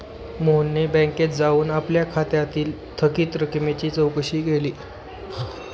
मोहनने बँकेत जाऊन आपल्या खात्यातील थकीत रकमेची चौकशी केली